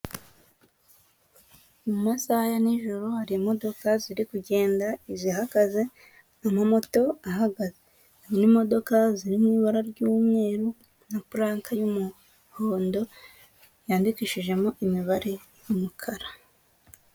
Mu masaha ya n'ijoro hari imodoka ziri kugenda izihagaze, amamoto ahagaze n'imodoka ziri mw'ibara ry'umweru na purake y'umuhondo yandikishijemo imibare y'umukara.